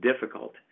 difficult